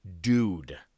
Dude